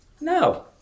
No